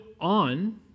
on